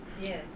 Yes